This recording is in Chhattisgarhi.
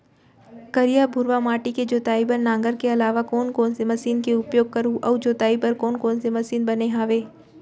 करिया, भुरवा माटी के जोताई बर नांगर के अलावा कोन कोन से मशीन के उपयोग करहुं अऊ जोताई बर कोन कोन से मशीन बने हावे?